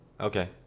okay